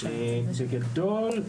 בגדול,